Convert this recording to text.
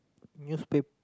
newspa~